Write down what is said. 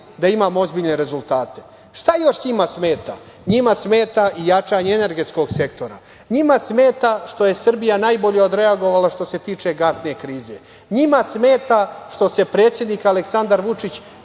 da imamo ozbiljne rezultate. Šta još njima smeta? Njima smeta i jačanje energetskog sektora. Njima smeta što je Srbija najbolje odreagovala što se tiče gasne krize. Njima smeta što se predsednik Aleksandar Vučić